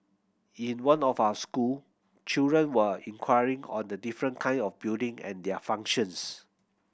in one of our school children were inquiring on the different kind of building and their functions